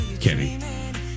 Kenny